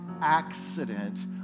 accident